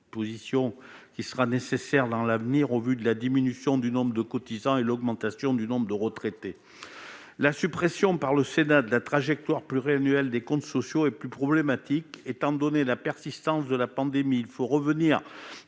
proposition qui sera nécessaire dans l'avenir, au vu de la diminution du nombre de cotisants et de l'augmentation du nombre de retraités. La suppression par le Sénat de la trajectoire pluriannuelle des comptes sociaux est plus problématique, étant donné la persistance de la pandémie. Il faut revenir